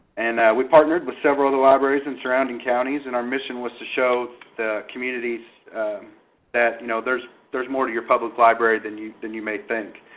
and we partnered with several other libraries in surrounding counties, and our mission was to show the communities that there's there's more to your public library than you than you may think.